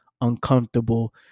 uncomfortable